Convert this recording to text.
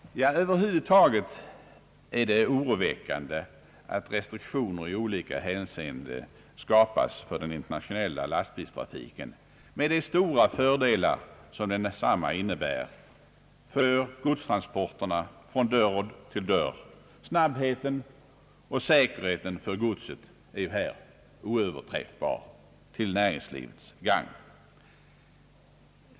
Över huvud taget är det oroväckande att restriktioner i olika hänseenden skapas för den internationella lastbilstrafiken med de stora fördelar som denna innebär för godstransporterna från dörr till dörr. Snabbheten och säkerheten för godset är här oöverträffbar till näringslivets gagn.